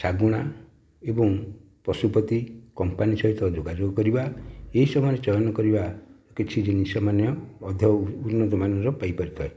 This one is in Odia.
ଶାଗୁଣା ଏବଂ ପଶୁପତି କମ୍ପାନୀ ସହିତ ଯୋଗାଯୋଗ କରିବା ଏହି ସମୟରେ ଚୟନ କରିବା କିଛି ଜିନିଷମାନ୍ୟ ଉନ୍ନତ ମାନର ପାଇପାରିଥାଉ